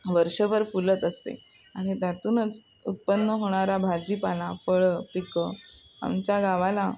वर्षभर फुलत असते आणि त्यातूनच उत्पन्न होणारा भाजीपाला फळं पिकं आमच्या गावाला